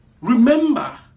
remember